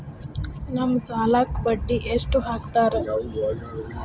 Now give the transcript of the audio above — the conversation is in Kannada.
ನಮ್ ಸಾಲಕ್ ಬಡ್ಡಿ ಎಷ್ಟು ಹಾಕ್ತಾರ?